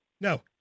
No